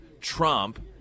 Trump